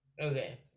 Okay